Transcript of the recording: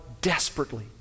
desperately